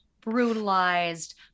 brutalized